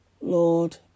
Lord